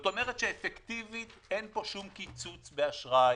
כלומר אפקטיבית אין פה שום קיצוץ באשראי.